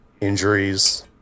injuries